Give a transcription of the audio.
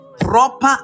Proper